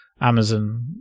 Amazon